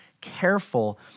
careful